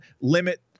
limit